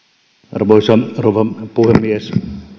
arvoisa rouva puhemies